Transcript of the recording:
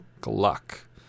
Gluck